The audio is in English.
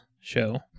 show